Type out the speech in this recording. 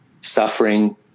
suffering